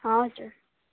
हजुर